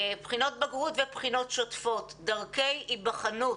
בחינות בגרות ובחינות שוטפות, דרכי היבחנות,